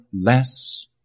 less